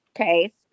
Okay